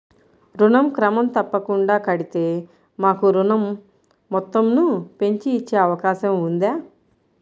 ఋణం క్రమం తప్పకుండా కడితే మాకు ఋణం మొత్తంను పెంచి ఇచ్చే అవకాశం ఉందా?